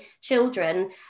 children